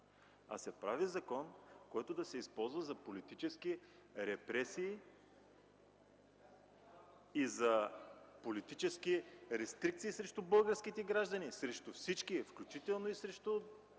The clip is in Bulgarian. а се прави закон, който да се използва за политически репресии и за политически рестрикции срещу българските граждани, срещу всички, включително и срещу